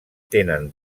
tenen